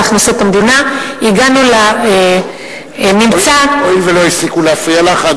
הכנסות המדינה לממצא הואיל ולא הפסיקו להפריע לך,